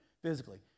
Physically